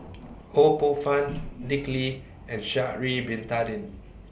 Ho Poh Fun Dick Lee and Sha'Ari Bin Tadin